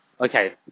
okay